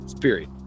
Period